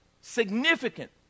significant